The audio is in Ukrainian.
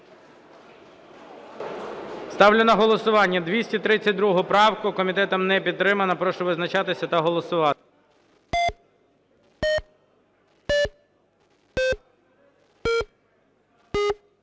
Ставлю на голосування 253 правку. Комітет не підтримав. Прошу визначатися та голосувати.